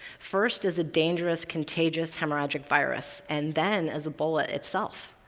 first as a dangerous, contagious hemorrhagic virus, and then as ebola itself.